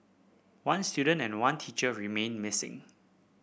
one student and one teacher remain missing